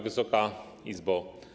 Wysoka Izbo!